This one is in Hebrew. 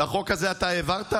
בדיוק, את החוק הזה אתה העברת?